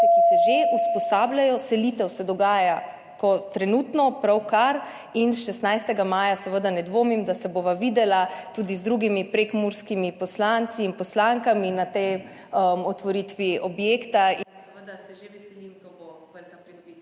ki se že usposabljajo, selitev se dogaja trenutno in 16. maja seveda ne dvomim, da se bova videla, tudi z drugimi prekmurskimi poslanci in poslankami, na tej otvoritvi objekta in seveda se že veselim, to bo velika pridobitev.